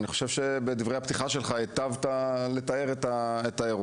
אני חושב שבדברי הפתיחה שלך הטבת לתאר את האירוע.